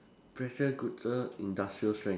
pressure cooker industrial strength